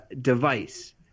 device